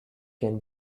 can